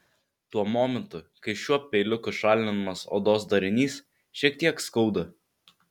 tuo momentu kai šiuo peiliuku šalinamas odos darinys šiek tiek skauda